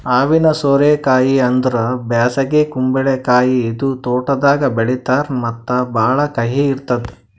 ಹಾವಿನ ಸೋರೆ ಕಾಯಿ ಅಂದುರ್ ಬ್ಯಾಸಗಿ ಕುಂಬಳಕಾಯಿ ಇದು ತೋಟದಾಗ್ ಬೆಳೀತಾರ್ ಮತ್ತ ಭಾಳ ಕಹಿ ಇರ್ತುದ್